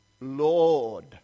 Lord